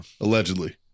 Allegedly